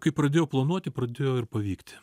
kai pradėjau planuoti pradėjo ir pavykt